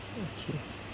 okay